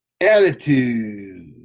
Attitude